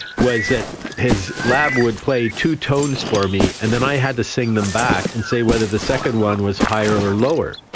was that his lab would play two tones for me and then i had to sing them back and say whether the second one was higher or lower.